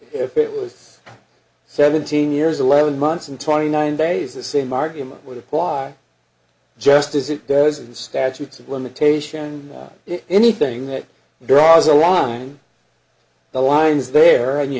if it was seventeen years eleven months and twenty nine days the same argument would apply just as it does in the statutes of limitation if anything that draws a line the line is there and you